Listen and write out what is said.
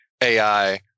AI